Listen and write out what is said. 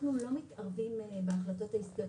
אנחנו לא מתערבים בהחלטות העסקיות,